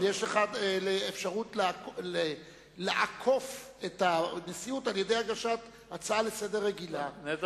אבל יש לך אפשרות לעקוף את הנשיאות על-ידי הגשת הצעה רגילה לסדר-היום.